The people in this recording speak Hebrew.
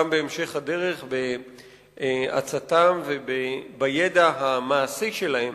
בהמשך הדרך בעצתם ובידע המעשי שלהם,